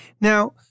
Now